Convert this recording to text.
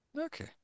Okay